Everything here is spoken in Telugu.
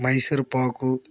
మైసూర్ పాకు